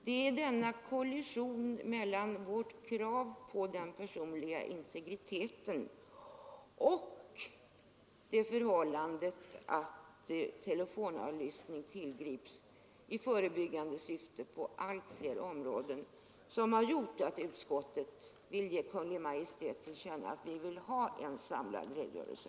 Det är denna kollision mellan vårt krav på den personliga integriteten och det förhållandet att telefonavlyssning tillgrips i förebyggande syfte på allt fler områden som har gjort att utskottet vill ge Kungl. Maj:t till känna att vi önskar en samlad redogörelse.